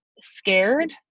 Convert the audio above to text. scared